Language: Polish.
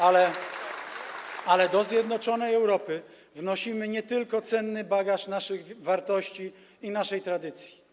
Ale do zjednoczonej Europy wnosimy nie tylko cenny bagaż naszych wartości i naszej tradycji.